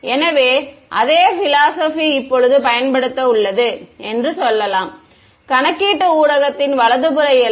எனவே அதே பிலோஸோபி இப்போது பயன்படுத்தப்பட உள்ளது என்று சொல்லலாம் கணக்கீட்டு ஊடகத்தின் வலது புற எல்லை